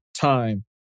time